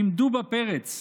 עמדו בפרץ,